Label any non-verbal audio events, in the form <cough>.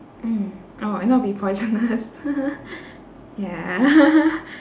mm oh if not will be poisonous <laughs> ya <laughs>